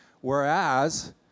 whereas